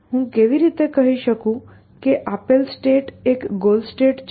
હું કેવી રીતે કહી શકું કે આપેલ સ્ટેટ એક ગોલ સ્ટેટ છે